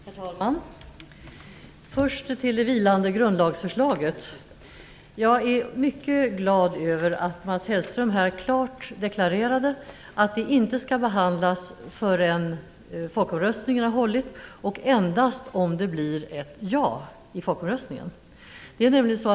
Herr talman! Först till det vilande grundlagsförslaget. Jag är mycket glad över att Mats Hellström här klart deklarerade att det inte skall behandlas förrän folkomröstningen hållits och endast om det blir ett ja i folkomröstningen.